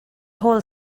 whole